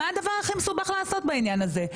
מה הדבר הכי מסובך לעשות בעניין הזה?